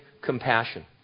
compassion